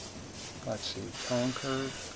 let's see tone curve.